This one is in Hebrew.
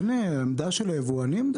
אין עמדה של היבואנים?